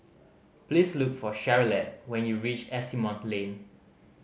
please look for Charolette when you reach Asimont Lane